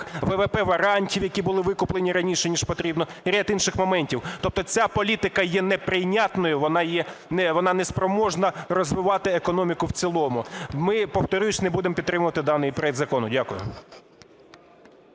ВВП-варантів, які були викуплені раніше, ніж потрібно, і ряд інших моментів. Тобто ця політика є неприйнятною, вона не спроможна розвивати економіку в цілому. Ми, повторюсь, не будемо підтримувати даний проект закону. Дякую.